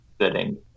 sitting